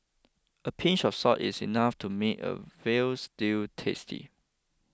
a pinch of salt is enough to make a Veal Stew tasty